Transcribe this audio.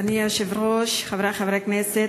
אדוני היושב-ראש, חברי חברי הכנסת,